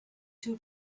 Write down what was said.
too